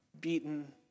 beaten